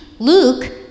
Luke